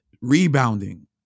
rebounding